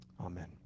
Amen